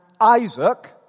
Isaac